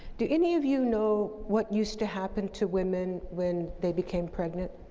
do any of you know what used to happen to women when they became pregnant?